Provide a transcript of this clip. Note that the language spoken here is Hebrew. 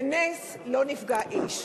בנס לא נפגע איש.